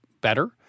better